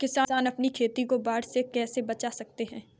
किसान अपनी खेती को बाढ़ से कैसे बचा सकते हैं?